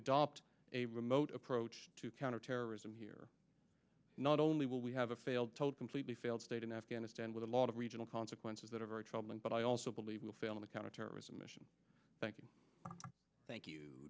adopt a remote approach to counterterrorism here not only will we have a failed told completely failed state in afghanistan with a lot of regional consequences that are very troubling but i also believe will fail in the counterterrorism mission thank you thank you